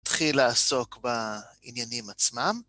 נתחיל לעסוק בעניינים עצמם.